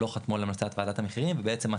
לא חתמו על המלצת ועדת המחירים ובעצם,